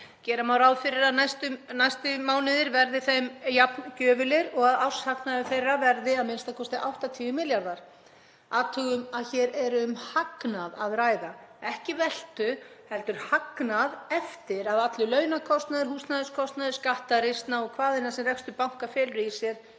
Gera má ráð fyrir að næstu mánuðir verði þeim jafn gjöfulir og að árshagnaður þeirra verði a.m.k. 80 milljarðar. Athugum að hér er um hagnað að ræða, ekki veltu heldur hagnað eftir að allur launakostnaður, húsnæðiskostnaður, skattar, risna og hvað eina sem rekstur banka felur í sér,